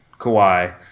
Kawhi